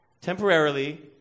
temporarily